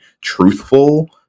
truthful